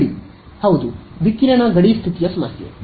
ಹೌದು ವಿಕಿರಣ ಗಡಿ ಸ್ಥಿತಿಯ ಸಮಸ್ಯೆ